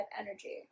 energy